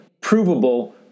provable